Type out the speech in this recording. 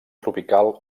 tropical